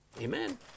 Amen